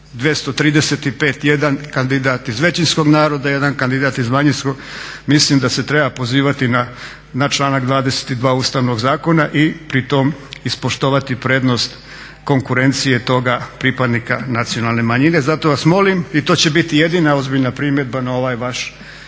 235 jedan kandidat iz većinskog naroda i jedna kandidat iz manjinskog, mislim da se treba pozivati na članak 22. Ustavnog zakona i pri tom ispoštovati prednost konkurencije toga pripadnika nacionalne manjine. Zato vas molim, i to će biti jedina ozbiljna primjedba na ovaj vaš